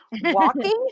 Walking